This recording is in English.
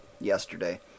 yesterday